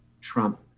Trump